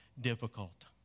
difficult